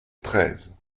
treize